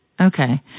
Okay